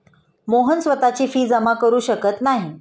मोहन स्वतःची फी जमा करु शकत नाही